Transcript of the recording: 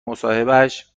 مصاحبهش